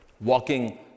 walking